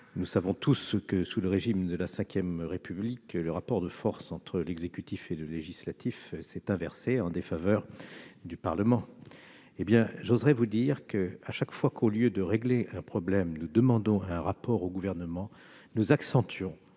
Nous savons tous que, sous le régime de la V République, le rapport de force entre l'exécutif et le législatif s'est inversé en défaveur du Parlement. J'ose dire que, chaque fois que nous demandons un rapport au Gouvernement, au lieu